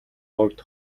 хувьд